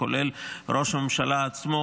כולל ראש הממשלה עצמו,